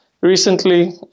recently